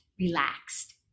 relaxed